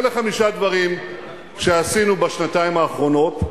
אלה חמישה דברים שעשינו בשנתיים האחרונות,